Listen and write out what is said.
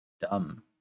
Dumb